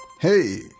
Hey